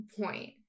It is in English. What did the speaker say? point